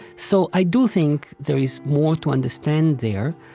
so i do think there is more to understand there,